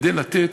כדי לתת